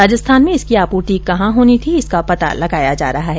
राजस्थान में इसकी आपूर्ति कहां होनी थी इसका पता लगाया जा रहा है